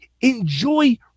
enjoy